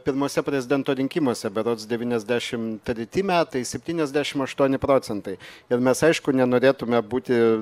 pirmuose prezidento rinkimuose berods dvyniasdešim treti metai septyniasdešim aštuoni procentai ir mes aišku nenorėtume būti